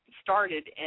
started